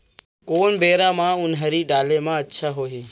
कोन बेरा म उनहारी डाले म अच्छा होही?